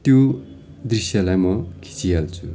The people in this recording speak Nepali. त्यो दृश्यलाई म खिचिहाल्छु